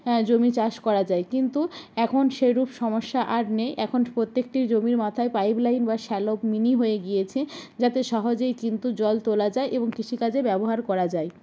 হ্যাঁ জমি চাষ করা যায় কিন্তু এখন সেরুপ সমস্যা আর নেই এখন প্রত্যেকটি জমির মাথায় পাইপ লাইন বা শ্যালো মিনি হয়ে গিয়েছে যাতে সহজেই কিন্তু জল তোলা যায় এবং কৃষিকাজে ব্যবহার করা যায়